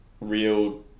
Real